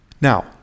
now